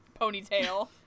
ponytail